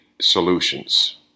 solutions